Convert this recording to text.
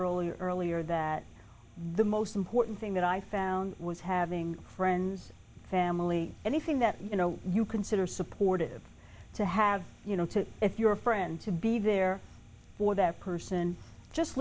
earlier earlier that the most important thing that i found was having friends family anything that you know you consider supportive to have you know to if you're a friend to be there for that person just